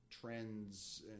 trends